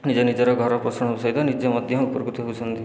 ନିଜର ଘର ପୋଷଣ ସହିତ ନିଜେ ମଧ୍ୟ ଉପକୃତ ହେଉଛନ୍ତି